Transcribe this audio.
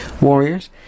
Warriors